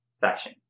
fashion